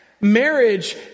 marriage